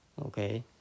okay